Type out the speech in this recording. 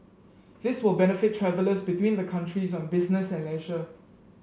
this will benefit travellers between the countries on business and leisure